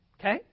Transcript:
Okay